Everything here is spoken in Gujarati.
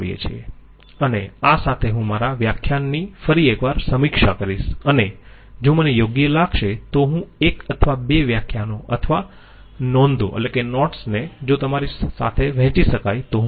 અને આ સાથે હું મારા વ્યાખ્યાનની ફરી એક વાર સમીક્ષા કરીશ અને જો મને યોગ્ય લાગશે તો હું એક અથવા બે વ્યાખ્યાનો અથવા નોંધોને જો તમારી સાથે વહેંચી શકાય તો હું કરીશ